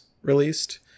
released